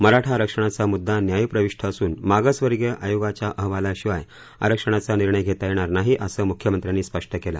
मराठा आरक्षणाचा मुद्दा न्यायप्रविष्ट असून मागासवर्गीय आयोगाच्या अहवालाशिवाय आरक्षणाचा निर्णय घेता येणार नाही असं मुख्यमंत्र्यांनी स्पष्ट केलं